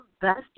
best